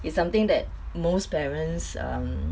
it's something that most parents um